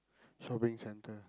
shopping centre